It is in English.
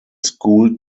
school